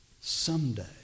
someday